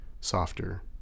softer